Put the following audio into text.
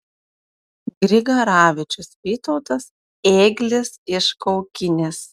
grigaravičius vytautas ėglis iš kaukinės